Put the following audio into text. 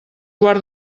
guard